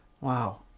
wow